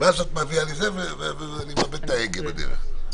ובמושב הקודם הפכה להיות ליבת עשייה בכנסת.